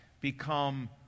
become